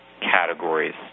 categories